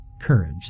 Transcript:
Courage